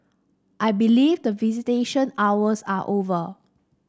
I believe the visitation hours are over